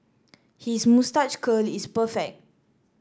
his moustache curl is perfect